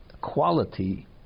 quality